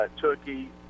Turkey